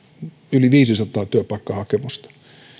yli viisisataa työpaikkahakemusta